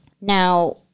Now